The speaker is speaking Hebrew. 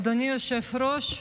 אדוני היושב-ראש,